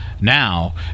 Now